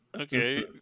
Okay